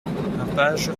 page